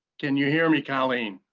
can you hear me colleen?